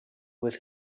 with